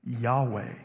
Yahweh